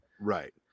right